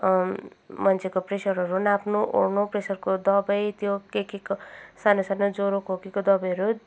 मान्छेको प्रेसरहरू नाप्नुओर्नु प्रेसरको दबाई त्यो के केको सानो सानो ज्वरो खोकीको दबाईहरू